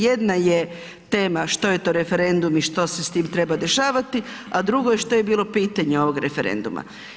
Jedna je tema što je to referendum i što se s tim treba dešavati, a drugo je što je bilo pitanje ovog referenduma.